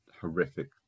horrific